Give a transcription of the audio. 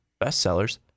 bestsellers